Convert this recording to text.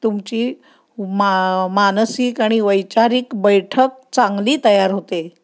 तुमची मा मानसिक आणि वैचारिक बैठक चांगली तयार होते